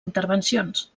intervencions